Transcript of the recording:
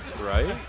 right